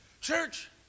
church